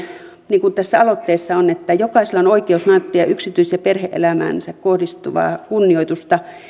niin kuin tässä aloitteessa on että jokaisella on oikeus nauttia yksityis ja perhe elämäänsä kohdistuvaa kunnioitusta